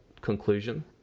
conclusion